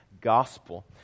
Gospel